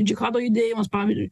džihado judėjimas pavyzdžiui